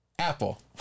Apple